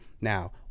Now